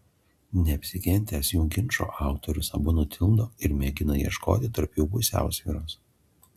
neapsikentęs jų ginčo autorius abu nutildo ir mėgina ieškoti tarp jų pusiausvyros